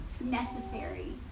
necessary